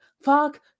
Fuck